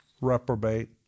reprobate